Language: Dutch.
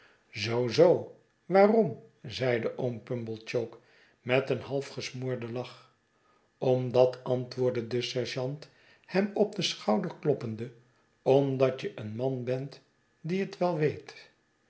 zoo zoo waarom zeide oom pumblechook met een half gesmoorden lach omdat antwoordde de sergeant hem op den schouder kloppende omdat je een man bent die het wel weet